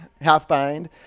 half-bind